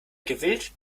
gewillt